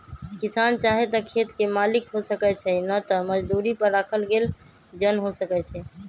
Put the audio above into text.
किसान चाहे त खेत के मालिक हो सकै छइ न त मजदुरी पर राखल गेल जन हो सकै छइ